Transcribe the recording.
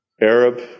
Arab